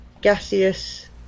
gaseous